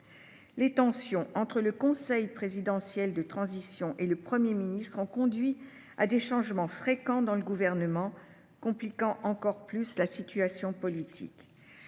Les tensions entre le Conseil présidentiel de transition et le Premier ministre ont conduit à des changements fréquents dans le gouvernement d’Haïti, compliquant encore plus la situation politique.